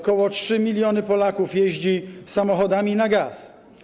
Ok. 3 mln Polaków jeździ samochodami na gaz.